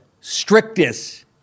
strictest